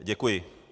Děkuji.